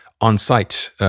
on-site